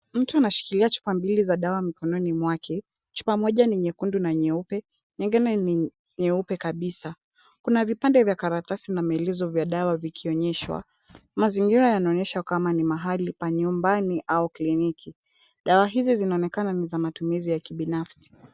Mtu anashikilia chupa mbili za dawa mkononi mwake, chupa moja ni nyekundu na nyeupe, nyingine ni nyeupe kabisa. Kuna vipande vya karatasi na maelezo vya dawa vikionyeshwa. Mazingira yanaonyesha kama ni mahali pa nyumbani au kliniki. Dawa hizi zinaonekana ni za matumizi ya kibinafsi.